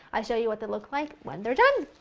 i'll show you what they look like when they're done!